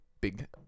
big